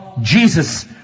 Jesus